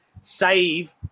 save